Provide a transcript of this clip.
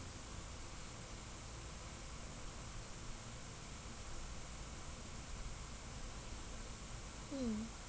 hmm